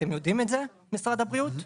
אתם יודעים את זה, משרד הבריאות?